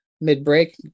mid-break